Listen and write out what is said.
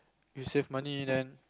you money then